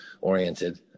oriented